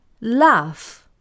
laugh